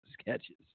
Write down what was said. sketches